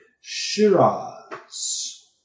Shiraz